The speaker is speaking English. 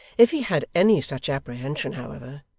if he had any such apprehension, however,